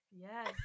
Yes